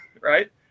right